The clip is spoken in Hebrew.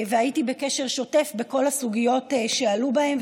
והייתי בקשר שוטף בכל הסוגיות שעלו בהן,